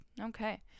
Okay